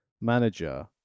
manager